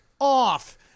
off